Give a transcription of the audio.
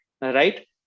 Right